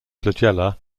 flagella